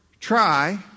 Try